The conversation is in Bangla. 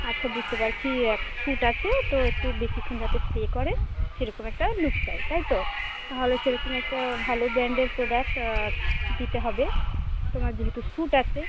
আচ্ছা বুঝতে পারছি এক শ্যুট আছে তো একটু বেশিক্ষণ যাতে স্টে করে সেরকম একটা লুক চাই তাই তো তাহলে সেরকম একটা ভালো ব্রান্ডেড প্রোডাক্ট দিতে হবে তোমার যেহেতু শ্যুট আছে